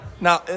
now